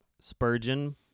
Spurgeon